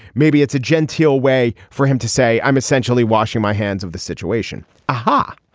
maybe it's a genteel way for him to say i'm essentially washing my hands of the situation haha.